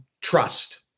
trust